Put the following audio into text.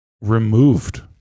removed